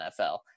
nfl